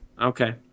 Okay